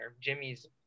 Jimmy's